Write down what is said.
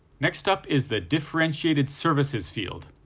next up is the differentiated services field,